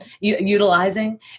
utilizing